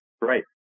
Right